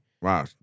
Wow